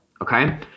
okay